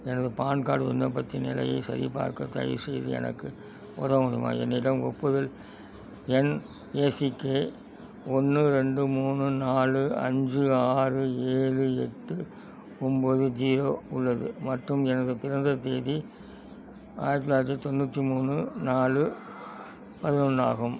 எனது PAN card விண்ணப்பத்தின் நிலையை சரிபார்க்க தயவுசெய்து எனக்கு உதவ முடியுமா என்னிடம் ஒப்புதல் எண் ஏ சி கே ஒன்று ரெண்டு மூணு நாலு அஞ்சு ஆறு ஏழு எட்டு ஒம்போது ஜீரோ உள்ளது மற்றும் எனது பிறந்த தேதி ஆயிரத்தி தொள்ளாயிரத்தி தொண்ணூற்றி மூணு நாலு பதுனொன்று ஆகும்